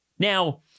Now